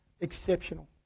exceptional